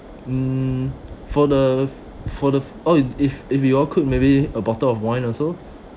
mm for the for the oh if if you all could maybe a bottle of wine also